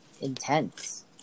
intense